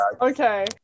Okay